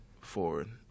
forward